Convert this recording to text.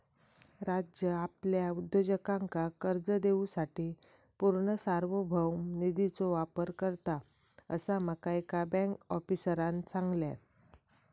राज्य आपल्या उद्योजकांका कर्ज देवूसाठी पूर्ण सार्वभौम निधीचो वापर करता, असा माका एका बँक आफीसरांन सांगल्यान